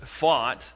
fought